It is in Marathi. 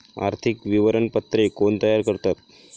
आर्थिक विवरणपत्रे कोण तयार करतात?